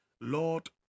lord